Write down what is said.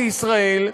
בישראל,